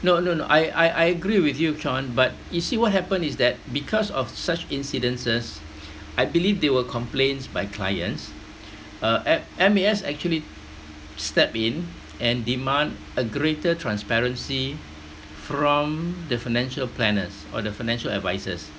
no no no I I I agree with you sean but you see what happen is that because of such incidences I believe they were complaints by clients uh M M_A_S actually step in and demand a greater transparency from the financial planners or the financial advisors